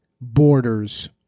borders